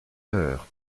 heure